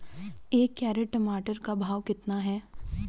एक कैरेट टमाटर का भाव कितना है?